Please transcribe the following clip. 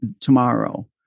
tomorrow